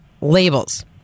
labels